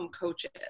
coaches